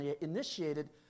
initiated